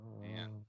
Man